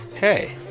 Hey